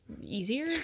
easier